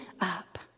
up